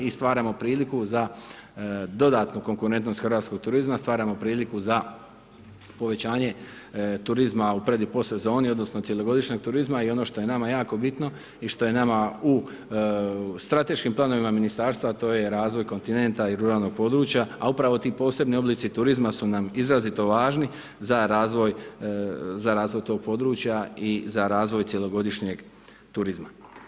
I stvaramo priliku za dodatnu konkurentnost hrvatskog turizma, stvaramo priliku za povećanje turizma u pred i post sezoni, odnosno, u cjelogodišnjeg turizma i ono što je nama jako bitno, i što je nama u strateškim planovima ministarstva, a to je razvoj kontinenta i ruralnog područja, a upravo ti posebni oblici turizma su nam izrazito važni za razvoj tog područja i za razvoj cjelogodišnjeg turizma.